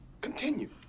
continue